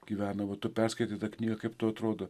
gyvena va tu perskaitei tą knygą kaip tau atrodo